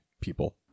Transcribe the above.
people